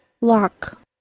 Lock